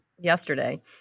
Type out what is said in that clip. yesterday